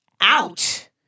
Out